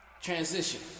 Transition